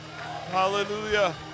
Hallelujah